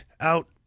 out